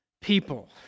people